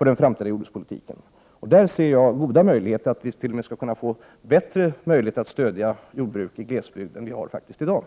i den framtida jordbrukspolitiken. Där ser jag goda förutsättningar för att vi i Sverige t.o.m. skall få bättre möjligheter att stödja jordbruk i glesbygd än vi har i dag.